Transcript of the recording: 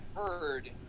heard